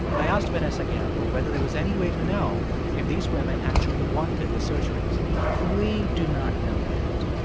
i asked vanessa gamble whether there was any way to know if these women actually wanted the surgeries we do not know that.